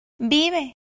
vive